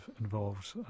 involved